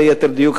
ליתר דיוק,